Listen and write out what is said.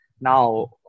now